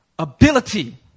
Ability